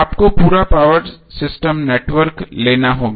आपको पूरा power system network लेना होगा